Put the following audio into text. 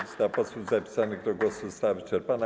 Lista posłów zapisanych do głosu została wyczerpana.